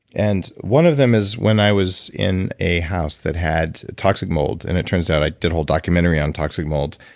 and one of them is when i was in a house that had toxic molds, and it turns out. i did a whole documentary on toxic mold.